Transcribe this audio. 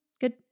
good